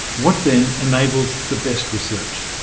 what, then, enables the best research?